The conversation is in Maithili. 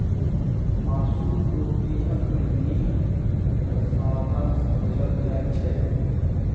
मासु प्रोटीनक नीक साधंश बुझल जाइ छै